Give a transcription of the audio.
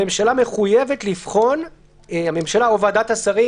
הממשלה או ועדת שרים,